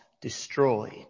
destroyed